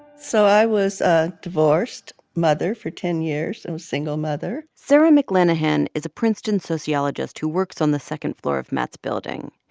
so i was a divorced mother for ten years and a single mother sara mclanahan is a princeton sociologist who works on the second floor of matt's building.